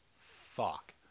fuck